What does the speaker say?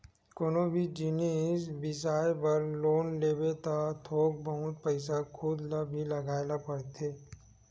कोनो भी जिनिस बिसाए बर लोन लेबे त थोक बहुत पइसा खुद ल भी लगाए ल परथे